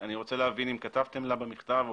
אני רוצה להבין אם כתבתם לה במכתב או